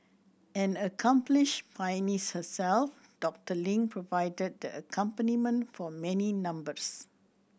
an accomplished pianist herself Doctor Ling provided the accompaniment for many numbers